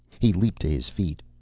he leaped to his feet.